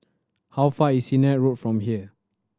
how far is Sennett Road from here